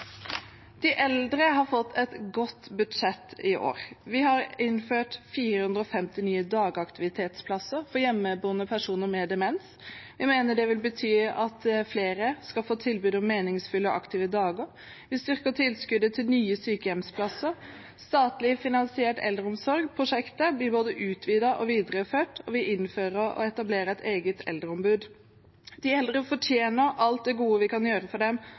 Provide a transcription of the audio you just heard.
De eldre har fått et godt budsjett i år. Vi har innført 450 nye dagaktivitetsplasser for hjemmeboende personer med demens. Vi mener det vil bety at flere får tilbud om meningsfulle og aktive dager. Vi styrker tilskuddet til nye sykehjemsplasser. Statlig finansiering av omsorgstjenestene – SIO-prosjektet – blir både utvidet og videreført, og vi innfører og etablerer et eget eldreombud. De eldre fortjener alt det gode vi kan gjøre for dem,